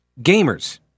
gamers